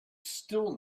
still